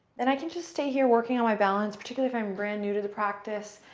then i can just stay here working on my balance, particularly if i'm brand new to the practice.